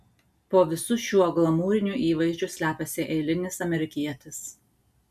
po visu šiuo glamūriniu įvaizdžiu slepiasi eilinis amerikietis